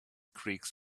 creaks